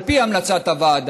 על פי המלצת הוועדה.